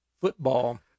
football